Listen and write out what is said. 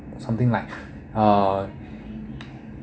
something like uh